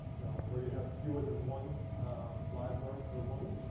now, where you have fewer than one ah live birth per woman.